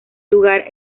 lugar